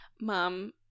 mom